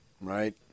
right